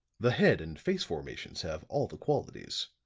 the head and face formations have all the qualities.